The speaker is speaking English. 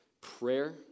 prayer